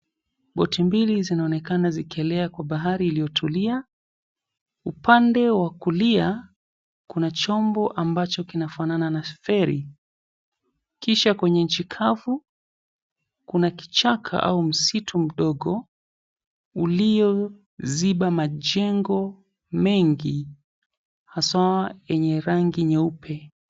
Boti mbili zinaonekana zikielea kwa bahari iliyotulia. Upande wa kulia kuna chombo ambacho kinafanana na feri. Kisha kwenye nchi kavu, kuna kichaka au msitu mdogo uliyoziba majengo mengi haswa yenye rangi nyeupe.